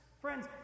Friends